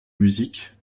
musique